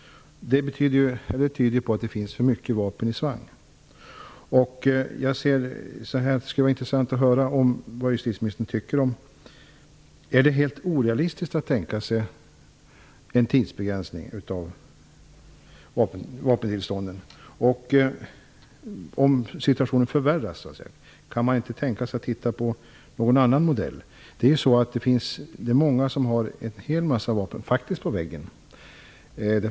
Det tyder på att det finns för många vapen i svang. Det skulle vara intressant att höra vad justitieministern tycker om följande: Är det helt orealistiskt att tänka sig en tidsbegränsning av vapentillstånden? Kan man tänka sig någon annan modell, om situationen förvärras? Det finns många som har vapen på väggen.